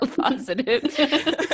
positive